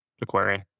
aquarium